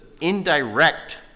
indirect